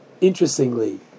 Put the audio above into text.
interestingly